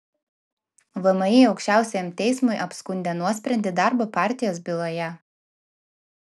vmi aukščiausiajam teismui apskundė nuosprendį darbo partijos byloje